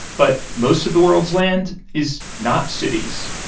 but most of the world's land is not cities.